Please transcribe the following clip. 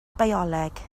bioleg